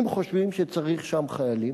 אם חושבים שצריך שם חיילים,